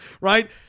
Right